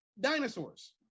Dinosaurs